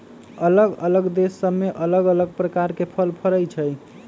अल्लग अल्लग देश सभ में अल्लग अल्लग प्रकार के फल फरइ छइ